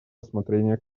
рассмотрение